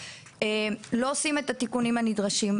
לא עושים את התיקונים הנדרשים,